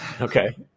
Okay